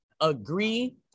agree